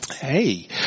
hey